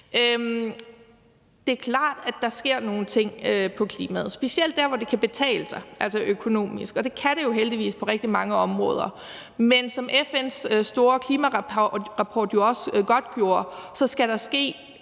Det er klart, at der sker nogle ting på klimaområdet, specielt dér, hvor det kan betale sig økonomisk, og det kan det jo heldigvis på rigtig mange områder. Men som FN's store klimarapport jo også godtgjorde, skal der ske